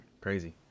Crazy